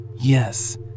Yes